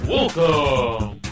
Welcome